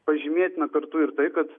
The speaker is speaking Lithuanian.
pažymėtina kartu ir tai kad